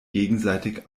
gegenseitig